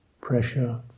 pressure